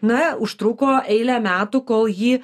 na užtruko eilę metų kol jį